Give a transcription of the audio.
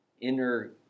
inner